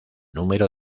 número